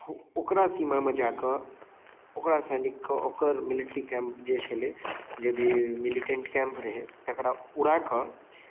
ओकरा सीमामे जाकऽ ओकरा सैनिककऽ ओक्कर मिलिट्री कैम्प जे छलइ जे भी मिलिटेंट कैम्प रहै तकरा उड़ाकऽ